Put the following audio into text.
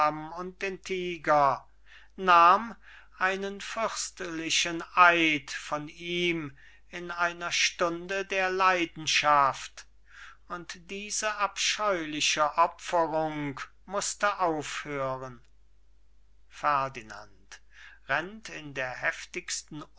und den tiger nahm einen fürstlichen eid von ihm in einer stunde der leidenschaft und diese abscheuliche opferung mußte aufhören ferdinand